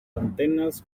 antenas